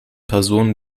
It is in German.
personen